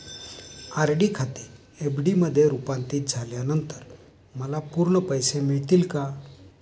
RD खाते FD मध्ये रुपांतरित झाल्यानंतर मला पूर्ण पैसे मिळतील का?